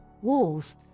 walls